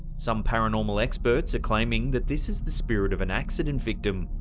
some paranormal experts are claiming that this is the spirit of an accident victim,